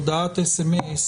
הודעת סמס